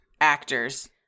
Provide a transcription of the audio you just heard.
actors